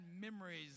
memories